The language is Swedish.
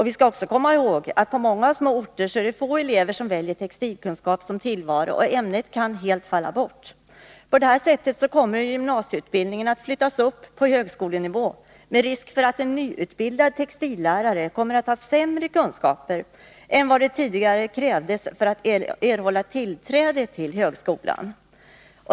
Vi skall också komma ihåg att på många små orter är det få elever som väljer textilkunskap som tillval, och ämnet kan helt falla bort. På detta sätt kommer gymnasieutbildningen att flyttas upp till högskolenivå, med risk för att en nyutbildad textillärare kommer att ha sämre kunskaper än vad som tidigare krävdes för att erhålla tillträde till högskolan.